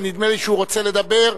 ונדמה לי שהוא רוצה לדבר.